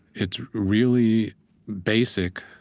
it's really basic,